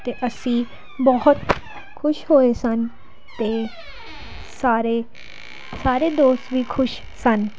ਅਤੇ ਅਸੀਂ ਬਹੁਤ ਖੁਸ਼ ਹੋਏ ਸਨ ਅਤੇ ਸਾਰੇ ਸਾਰੇ ਦੋਸਤ ਵੀ ਖੁਸ਼ ਸਨ